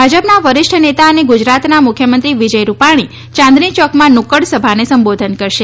ભાજપના વરિષ્ઠ નેતા અને ગુજરાતના મુખ્યમંત્રી વિજય રૂપાણી ચાંદની ચોકમાં નુક્કડ સભાને સંબોધન કરશે